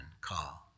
call